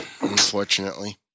unfortunately